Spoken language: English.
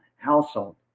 household